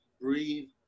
breathe